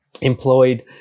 employed